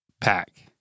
pack